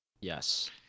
Yes